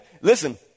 listen